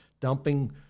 dumping